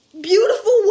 beautiful